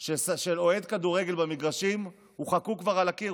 של אוהד כדורגל במגרשים כבר חקוק על הקיר,